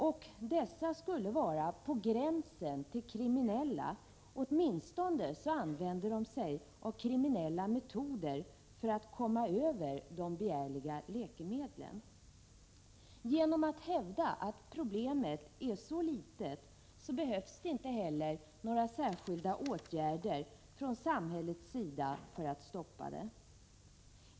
Och dessa skulle stå på gränsen till att vara kriminella; åtminstone använder de sig av kriminella metoder för att komma över de begärliga läkemedlen. Genom att man hävdar att problemet är så litet behövs det heller inte några särskilda åtgärder från samhällets sida för att stoppa det hela.